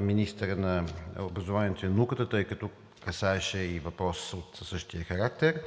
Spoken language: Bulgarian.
министъра на образованието и науката, тъй като касаеше и въпрос от същия характер,